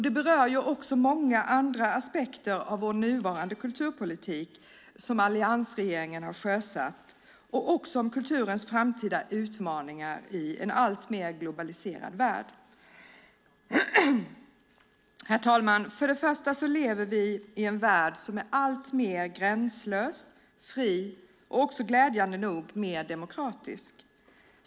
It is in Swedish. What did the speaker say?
Det berör också många andra aspekter av vår nuvarande kulturpolitik som alliansregeringen har sjösatt och också kulturens framtida utmaningar i en alltmer globaliserad värld. Herr talman! Först och främst lever vi i en värld som är alltmer gränslös, fri och också, glädjande nog, mer demokratisk.